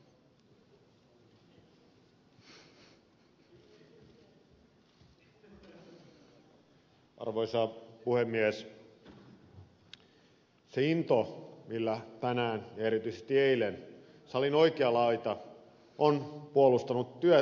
minä toivoisin että se into millä tänään ja erityisesti eilen salin oikea laita on puolustanut työ